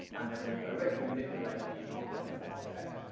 and then we directly manipulate the contents of that object,